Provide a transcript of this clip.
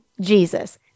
Jesus